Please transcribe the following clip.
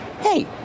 hey